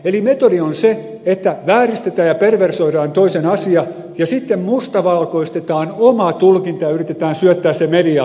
eli metodi on se että vääristetään ja perversoidaan toisen asia ja sitten vielä mustavalkoistetaan oma tulkinta ja yritetään syöttää se medialle